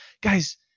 guys